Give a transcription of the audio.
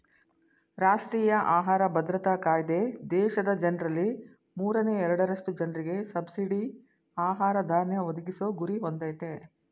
ರಾಷ್ಟ್ರೀಯ ಆಹಾರ ಭದ್ರತಾ ಕಾಯ್ದೆ ದೇಶದ ಜನ್ರಲ್ಲಿ ಮೂರನೇ ಎರಡರಷ್ಟು ಜನರಿಗೆ ಸಬ್ಸಿಡಿ ಆಹಾರ ಧಾನ್ಯ ಒದಗಿಸೊ ಗುರಿ ಹೊಂದಯ್ತೆ